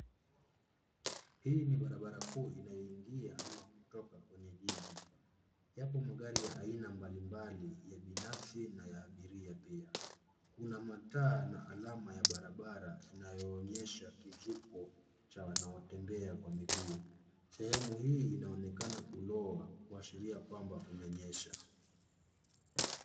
Hii ni barabara kuu inayoingia ama kutoka kwenye jiji. Yapo magari ya aina mbali mbali ya binafsi na ya abiria pia. Kuna mataa na alama ya barabara, inayoonyesha kivuko cha wanaotembea kwa miguu. Sehemu hii inaonekana kulowa, kuashiria kwamba kumenyesha.